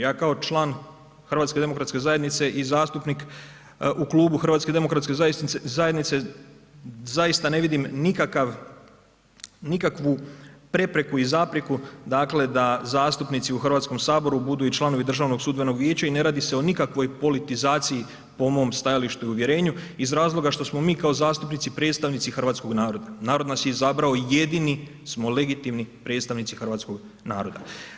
Ja kao član HDZ-a i zastupnik u Klubu HDZ-a zaista ne vidim nikakav, nikakvu prepreku i zapreku dakle da zastupnici u Hrvatskom saboru budu i članovi Državnog sudbenog vijeća i ne radi se o nikakvoj politizaciji po mom stajalištu i uvjerenju iz razloga što smo mi kao zastupnici predstavnici hrvatskog naroda, narod nas je izabrao i jedini smo legitimni predstavnici hrvatskog naroda.